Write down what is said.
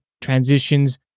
transitions